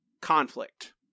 conflict